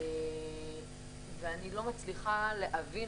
אני לא מצליחה להבין,